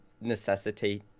necessitate